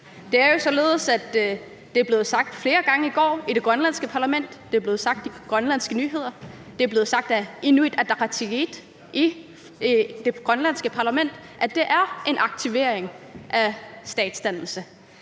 Det er jo således, at det i går blev sagt flere gange i det grønlandske parlament, at det er blevet sagt i grønlandske nyheder, og at det er blevet sagt af Inuit Ataqatigiit i det grønlandske parlament, at det er en aktivering af statsdannelse.